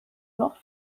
noch